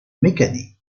mécaniques